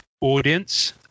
audience